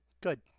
Good